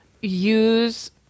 use